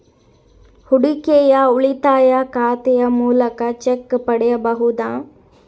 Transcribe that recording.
ಹೂಡಿಕೆಯ ಉಳಿತಾಯ ಖಾತೆಯ ಮೂಲಕ ಚೆಕ್ ಪಡೆಯಬಹುದಾ?